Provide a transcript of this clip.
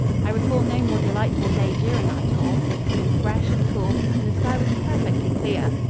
i recall no more delightful day during our tour. it had been fresh and cool, and the sky was perfectly clear.